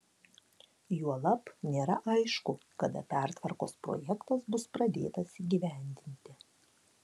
juolab nėra aišku kada pertvarkos projektas bus pradėtas įgyvendinti